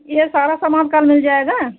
ये सारा सामान कल मिल जाएगा